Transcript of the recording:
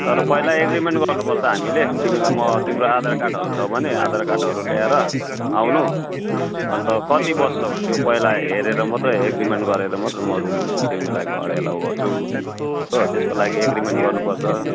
तर पहिला एग्रिमेन्ट गर्नुपर्छ हामीले तिमीलाई म तिम्रो आधार कार्डहरू छ भने आधार कार्डहरू लिएर आउनु अन्त कति बस्छौ त्यो पहिला हेरेर मात्रै एग्रिमेन्ट गरेर मात्रै म रुम तिमीलाई घर एलाउ गर्छु हो त्यसको लागि एग्रिमेन्ट गर्नुपर्छ